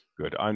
Good